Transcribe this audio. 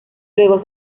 luego